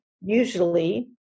Usually